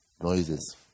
Noises